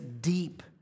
deep